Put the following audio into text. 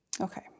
Okay